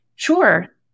Sure